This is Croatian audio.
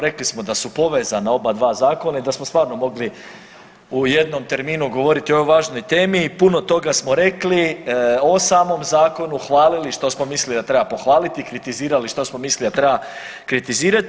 Rekli smo da su povezana oba dva zakona i da smo stvarno mogli u jednom terminu govoriti o ovoj važnoj temi i puno toga smo rekli o samom zakonu, hvalili što smo mislili da treba pohvaliti, kritizirali što smo mislili da treba kritizirati.